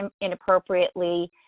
inappropriately